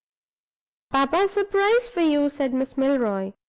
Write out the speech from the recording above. papa! a surprise for you! said miss milroy,